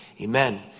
Amen